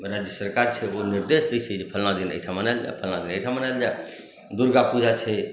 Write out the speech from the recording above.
राज्य सरकार छै ओ निर्देश दैत छै जे फलना दिन एहिठाम मनायल जायत जे फलना दिन एहिठाम मनायल जायत दुर्गा पूजा छैठ